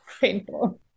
painful